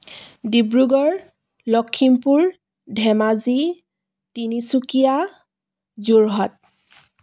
Dibrugarh Lakhimpur Dhemaji Tinsukia Jorhat